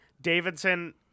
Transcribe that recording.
Davidson